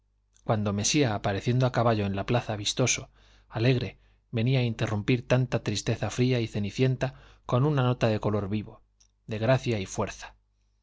cuando mesía apareciendo a caballo en la plaza vistoso alegre venía a interrumpir tanta tristeza fría y cenicienta con una nota de color vivo de gracia y fuerza